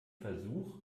versuch